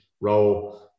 role